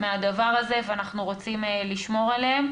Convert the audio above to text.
מהדבר הזה, ואנחנו רוצים לשמור עליהן.